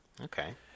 Okay